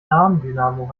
nabendynamo